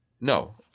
no